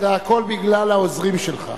זה הכול בגלל העוזרים שלך.